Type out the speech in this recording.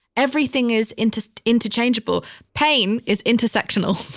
everything is inter, interchangeable. pain is intersectional.